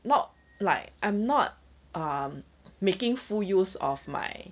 not like I'm not um making full use of my